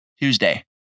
Tuesday